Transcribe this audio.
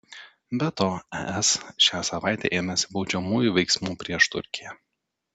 be to es šią savaitę ėmėsi baudžiamųjų veiksmų prieš turkiją